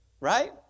right